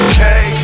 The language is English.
Okay